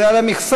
זה על המכסה.